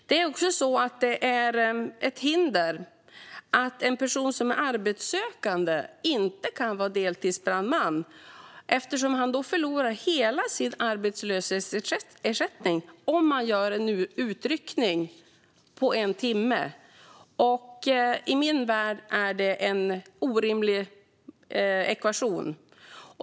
Det är också ett hinder att en person som är arbetssökande inte kan vara deltidsbrandman eftersom han då förlorar hela sin arbetslöshetsersättning om han gör en utryckning på en timme. I min värld är det en orimlig ekvation.